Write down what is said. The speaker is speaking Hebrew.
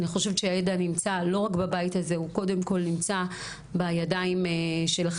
אני חושבת שהידע נמצא לא רק בבית הזה הוא קודם כל נמצא בידיים שלכם.